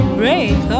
break